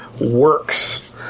works